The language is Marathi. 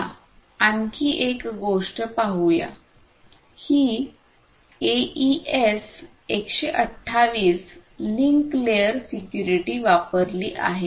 चला आणखी एक गोष्ट पाहूया ही एईएस 128 लिंक लेयर सिक्युरिटी वापरली आहे